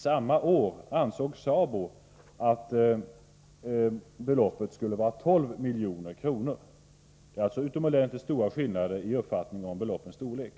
Samma år ansåg SABO att beloppet skulle vara 12 milj.kr. Det är alltså utomordentligt stora skillnader i uppfattningarna om beloppens storlek.